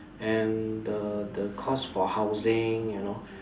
and the the cost for housing you know